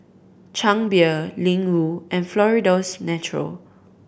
Chang Beer Ling Wu and Florida's Natural